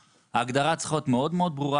ההגדרה צריכה להיות מאוד מאוד ברורה,